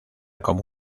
como